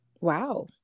Wow